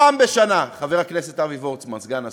פעם אחת בשנה, חבר הכנסת אבי וורצמן, סגן השר,